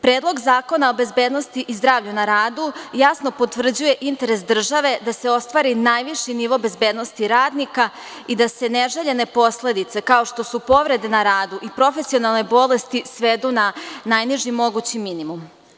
Predlog zakona o bezbednosti i zdravlju na radu jasno potvrđuje i interes države da se ostvari najviši nivo bezbednosti radnika i da se neželjene posledice kao što su povrede na radu i profesionalne bolesti svedu na najniži mogući minimum.